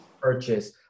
purchase